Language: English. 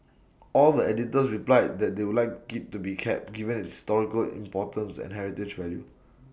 all the editors replied that they would like IT to be kept given its historical importance and heritage value